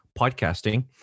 podcasting